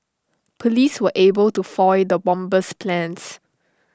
Police were able to foil the bomber's plans